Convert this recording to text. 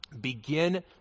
Begin